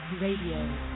Radio